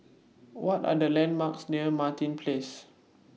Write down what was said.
What Are The landmarks near Martin Place